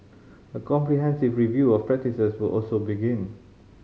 a comprehensive review of practices would also begin